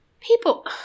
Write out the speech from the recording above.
People